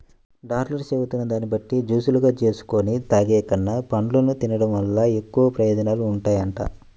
డాక్టర్లు చెబుతున్న దాన్ని బట్టి జూసులుగా జేసుకొని తాగేకన్నా, పండ్లను తిన్డం వల్ల ఎక్కువ ప్రయోజనాలుంటాయంట